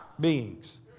beings